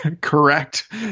correct